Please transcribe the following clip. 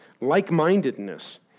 Like-mindedness